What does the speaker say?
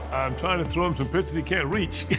trying to throw him some pitches he can't reach.